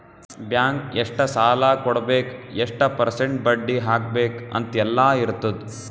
bank ಎಷ್ಟ ಸಾಲಾ ಕೊಡ್ಬೇಕ್ ಎಷ್ಟ ಪರ್ಸೆಂಟ್ ಬಡ್ಡಿ ಹಾಕ್ಬೇಕ್ ಅಂತ್ ಎಲ್ಲಾ ಇರ್ತುದ್